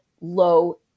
low